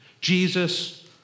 Jesus